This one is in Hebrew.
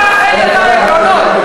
לא עקרונות.